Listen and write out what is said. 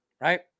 Right